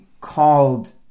called